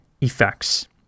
effects